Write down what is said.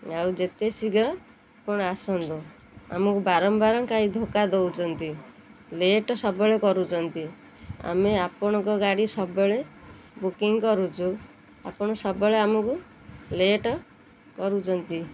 ଆଉ ଯେତେ ଶୀଘ୍ର ଆପଣ ଆସନ୍ତୁ ଆମକୁ ବାରମ୍ବାର କାଇଁ ଧୋକା ଦେଉଛନ୍ତି ଲେଟ୍ ସବୁବେଳେ କରୁଛନ୍ତି ଆମେ ଆପଣଙ୍କ ଗାଡ଼ି ସବୁବେଳେ ବୁକିଂ କରୁଛୁ ଆପଣ ସବୁବେଳେ ଆମକୁ ଲେଟ୍ କରୁଛନ୍ତି